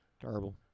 Terrible